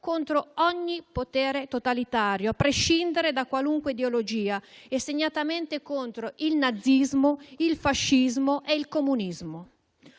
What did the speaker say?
contro ogni potere totalitario, a prescindere da qualunque ideologia e segnatamente contro il nazismo, il fascismo e il comunismo.